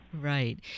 Right